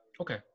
Okay